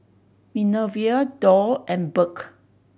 Minervia Doll and Burk